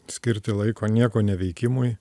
skirti laiko nieko neveikimui